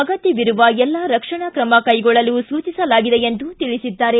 ಅಗತ್ಯವಿರುವ ಎಲ್ಲಾ ರಕ್ಷಣಾ ಕ್ರಮ ಕೈಗೊಳ್ಳಲು ಸೂಚಿಸಲಾಗಿದೆ ಎಂದು ತಿಳಿಸಿದ್ದಾರೆ